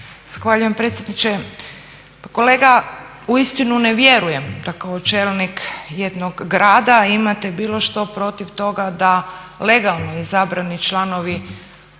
Zahvaljujem predsjedniče. Pa kolega uistinu ne vjerujem da kao čelnik jednog grada imate bilo što protiv toga da legalno izabrani članovi